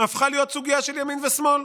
הפכה להיות סוגיה של ימין ושמאל.